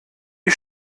die